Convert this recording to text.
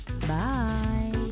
bye